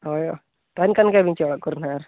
ᱦᱳᱭ ᱛᱟᱦᱮᱱ ᱠᱟᱱ ᱜᱮᱭᱟᱵᱤᱱ ᱪᱮ ᱚᱲᱟᱜ ᱠᱚᱨᱮ ᱱᱟᱦᱟᱜ